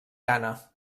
gana